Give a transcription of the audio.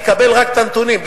יקבל רק את הנתונים,